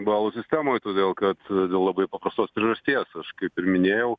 balų sistemoj todėl kad labai paprastos priežasties aš kaip ir minėjau